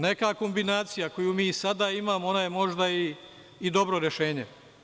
Neka kombinacija koju sada imamo je možda i dobro rešenje.